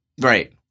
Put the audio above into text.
Right